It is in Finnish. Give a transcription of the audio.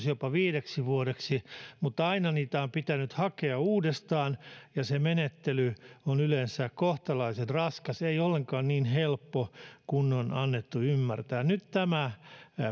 jopa viideksi vuodeksi mutta aina niitä on pitänyt hakea uudestaan ja se menettely on yleensä kohtalaisen raskas ei ollenkaan niin helppo kuin on annettu ymmärtää nyt tämä